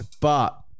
but-